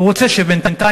הוא רוצה שבינתיים,